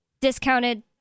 discounted